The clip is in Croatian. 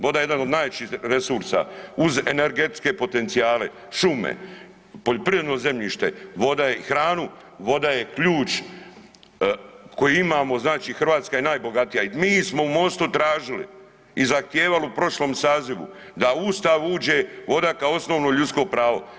Voda je jedna od najjačih resursa uz energetske potencijale, šume, poljoprivredno zemljište i hranu, voda je ključ koji imamo znači Hrvatska je najbogatija i smo u Mostu tražili i zahtijevali u prošlom sazivu da u Ustav uđe voda kao osnovno ljudsko pravo.